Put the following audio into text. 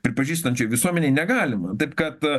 pripažįstančioj visuomenėj negalima taip kad